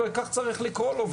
וכך צריך לקרוא לו.